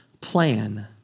plan